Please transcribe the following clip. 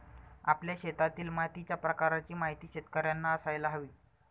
आपल्या शेतातील मातीच्या प्रकाराची माहिती शेतकर्यांना असायला हवी